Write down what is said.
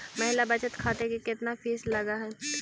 महिला बचत खाते के केतना फीस लगअ हई